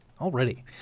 Already